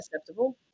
acceptable